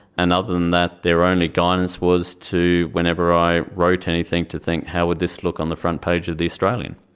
and other than that their only guidance was to whenever i wrote anything to think how would this look on the front page of the australian?